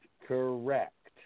Correct